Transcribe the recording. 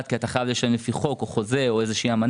הדבר הראשון שצריך לשלם זה את החוקים, את